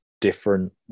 different